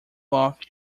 off